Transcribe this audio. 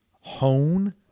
hone